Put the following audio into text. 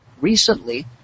recently